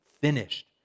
finished